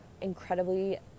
incredibly